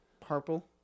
Purple